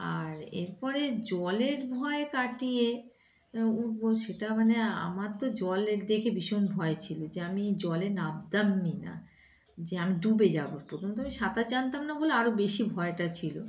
আর এরপরে জলের ভয় কাটিয়ে উঠবো সেটা মানে আমার তো জল দেখে ভীষণ ভয় ছিল যে আমি জলে নাবতামনি না যে আমি ডুবে যাব প্রথমত আমি সাঁতার জানতাম না বলে আরও বেশি ভয়টা ছিল